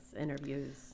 interviews